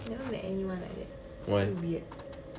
never met anyone like that so weird